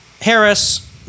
Harris